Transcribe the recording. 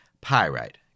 Pyrite